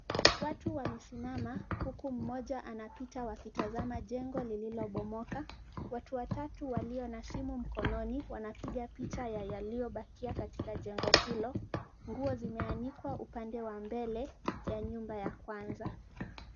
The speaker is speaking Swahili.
Watu wamesimama, huku mmoja anapita wakitazama jengo lililobomoka. Watu watatu walio na simu mkononi, wanapiga picha ya yaliobakia katika jengo hilo. Nguo zimeanikwa upande wa mbele, wa nyumba ya kwanza.